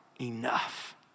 Enough